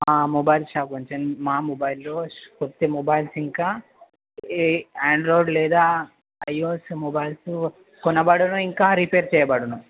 mobile shop నుంచి అండి మా మొబైల్ షా ఒత్తి మొబైల్స్ ఇంకా ఈ ఆండ్రాయిడ్ లేదా ఐఓయస్ మొబైల్స్ కొనబడును ఇంకా రిపేర్ చేయబడును